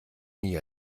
nie